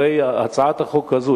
הרי הצעת החוק הזאת,